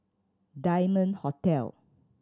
Diamond Hotel